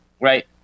right